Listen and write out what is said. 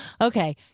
Okay